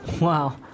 Wow